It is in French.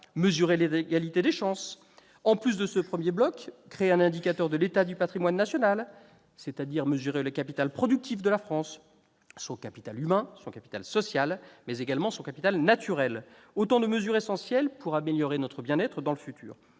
et les inégalités des chances. À ce premier bloc s'ajouterait la création d'un indicateur de l'état du patrimoine national, mesurant, donc, le capital productif de la France, son capital humain, son capital social, mais également son capital naturel, autant de mesures essentielles pour améliorer notre bien-être dans le futur.